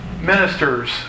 ministers